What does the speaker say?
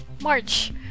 March